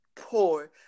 poor